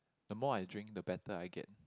the more I drink the better I get